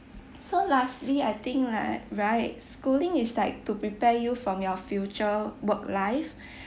so lastly I think right right schooling is like to prepare you from your future work life